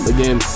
Again